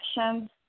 actions